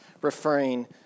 referring